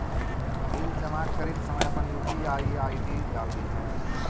bill जमा करित समय अपन यू.पी.आई आई.डी डाल दिन्हें